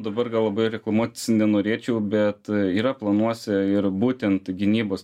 dabar gal labai reklamuotis nenorėčiau bet yra planuose ir būtent gynybos